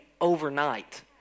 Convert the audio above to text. overnight